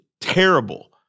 terrible